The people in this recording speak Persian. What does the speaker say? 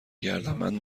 گردنبند